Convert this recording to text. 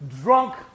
drunk